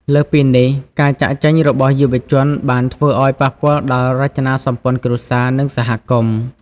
លើសពីនេះ ការចាកចេញរបស់យុវជនបានធ្វើឲ្យប៉ះពាល់ដល់រចនាសម្ព័ន្ធគ្រួសារ និងសហគមន៍។